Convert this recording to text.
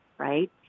right